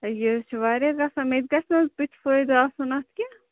ہَے یہِ حظ چھُ وارِیاہ گَژھان مےٚ تہِ گَژھِ نہَ حظ بُتھِ فٲیدٕ آسُن اَتھ کیٚنٛہہ